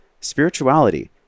Spirituality